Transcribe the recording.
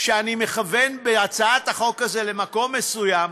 שאני מכוון בהצעת החוק הזאת למקום מסוים,